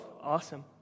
awesome